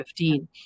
2015